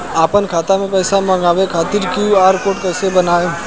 आपन खाता मे पैसा मँगबावे खातिर क्यू.आर कोड कैसे बनाएम?